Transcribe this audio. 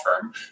firm